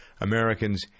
Americans